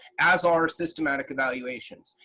as are systematic evaluations.